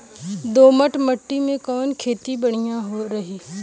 दोमट माटी में कवन खेती बढ़िया रही?